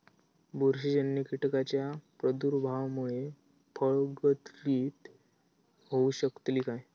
बुरशीजन्य कीटकाच्या प्रादुर्भावामूळे फळगळती होऊ शकतली काय?